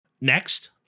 Next